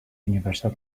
universal